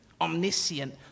omniscient